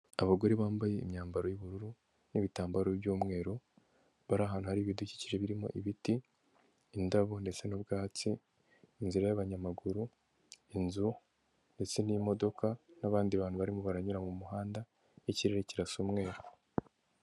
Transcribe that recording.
Abagore bambaye imyambaro y'ubururu n'ibitambaro by'umweru, bari ahantu hari ibidukikije birimo ibiti, indabo ndetse n'ubwabatsi, inzira y'abanyamaguru, inzu ndetse n'imodoka n'abandi bantu barimo baranyura mu muhanda. Ikirere kirasa umweru.